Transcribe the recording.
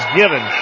given